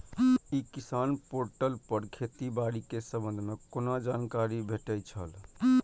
ई किसान पोर्टल पर खेती बाड़ी के संबंध में कोना जानकारी भेटय छल?